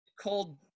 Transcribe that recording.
cold